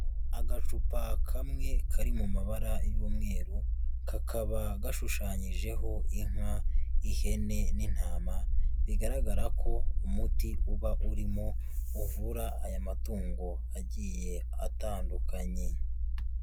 Agacupa kamwe kari mu mabara y'umweru, kakaba gashushanyijeho inka, ihene n'intama; bigaragara ko umuti uba urimo uvura aya matungo agiye atandukanye.